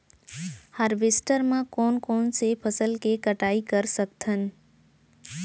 Harvester म कोन कोन से फसल के कटाई कर सकथन?